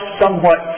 somewhat